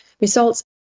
results